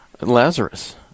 Lazarus